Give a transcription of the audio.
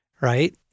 right